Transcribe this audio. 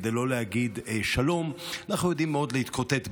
כדי לא להגיד "שלום" יודעים מאוד להתקוטט,